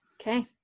Okay